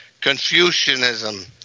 Confucianism